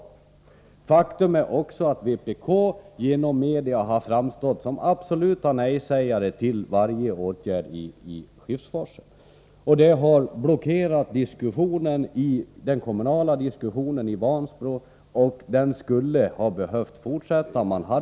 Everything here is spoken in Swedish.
Ett faktum är också att vpk genom massmedia har framstått såsom absoluta nejsägare till varje åtgärd i fråga om Skiffsforsen. Vpk har blockerat den kommunala diskussionen i Vansbro. Den hade behövt fortsätta.